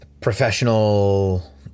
professional